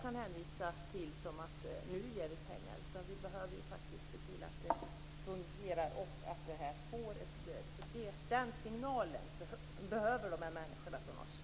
Vi behöver se till att den här verksamheten får ett stöd och fungerar i dag. Den signalen behöver de här människorna från oss.